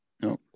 No